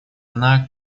она